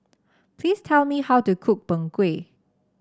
please tell me how to cook Png Kueh